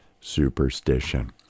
superstition